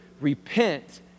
Repent